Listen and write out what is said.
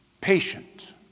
patient